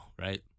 right